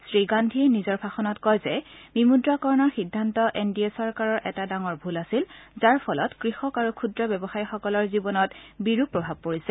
শ্ৰীগান্ধীয়ে নিজৰ ভাষণত কয় যে বিমুদ্ৰাকৰণৰ সিদ্ধান্ত এন ডি এ চৰকাৰৰ এটা ডাঙৰ ভুল আছিল যাৰ ফলত কৃষক আৰু ক্ষুদ্ৰ ব্যৱসায়ীসকলৰ জীৱনত বিৰূপ প্ৰভাৱ পৰিছে